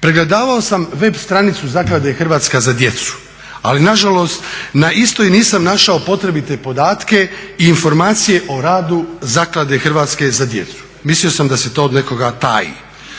pregledavao sam web stranici Zaklade "Hrvatska za djecu" ali nažalost na isto nisam našao potrebite podatke i informacije o radu Zaklade "Hrvatska za djecu". Mislio sam da se to od nekoga taji.